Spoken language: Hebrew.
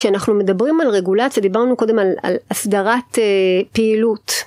אנחנו מדברים על רגולציה דיברנו קודם על הסדרת פעילות.